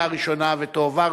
3) (אגרה בעד חידוש רשיון להחזקת כלב שאינו מסורס או מעוקר),